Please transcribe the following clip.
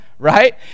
right